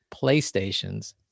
Playstations